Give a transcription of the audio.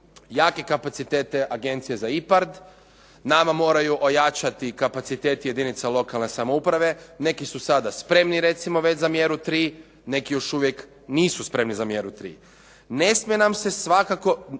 jake kapacitete agencije za IPARD. Nama moraju ojačati kapaciteti jedinica lokalne samouprave. Neki su sada spremni recimo već za mjeru 3, neki još uvijek nisu spremni za mjeru 3. Ne smije nam se nikako